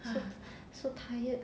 so so tired